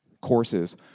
courses